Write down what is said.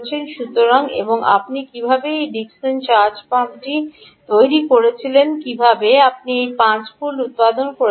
সুতরাং এবং আপনি কীভাবে এই ডিকসন চার্জ পাম্পটি তৈরি করেছিলেন কীভাবে আপনি এই 5 ভোল্ট উত্পাদন করেছিলেন